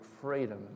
freedom